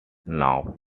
now